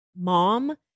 mom